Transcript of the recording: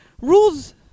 rules